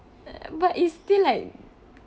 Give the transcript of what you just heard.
but it's still like